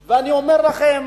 אמרתי,